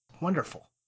Wonderful